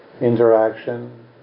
interaction